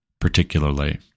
particularly